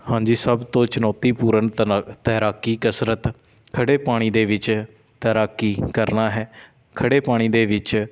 ਹਾਂਜੀ ਸਭ ਤੋਂ ਚੁਣੌਤੀਪੂਰਨ ਤੈਰਾਕੀ ਕਸਰਤ ਖੜ੍ਹੇ ਪਾਣੀ ਦੇ ਵਿੱਚ ਤੈਰਾਕੀ ਕਰਨਾ ਹੈ ਖੜ੍ਹੇ ਪਾਣੀ ਦੇ ਵਿੱਚ